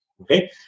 okay